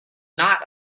not